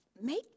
make